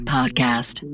Podcast